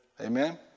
Amen